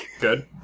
Good